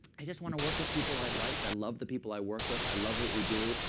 i just want to work with people i like. i love the people i work with. i love what we do.